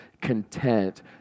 content